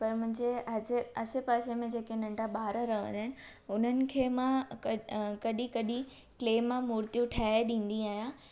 पर मुंहिंजे अॼु आसे पासे में जेके नंढा ॿार रहंदा आहिनि उन्हनि खे मां कॾहिं कॾहिं क्ले मां मूर्तियूं ठाहे ॾींदी आहियां